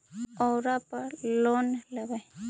ओरापर लोन लेवै?